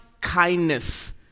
kindness